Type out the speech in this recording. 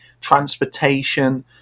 transportation